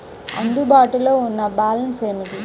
అందుబాటులో ఉన్న బ్యాలన్స్ ఏమిటీ?